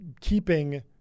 keeping